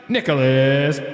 Nicholas